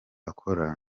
akora